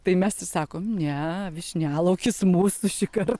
tai mes sakom ne vyšnialaukis mūsų šįkart